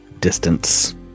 distance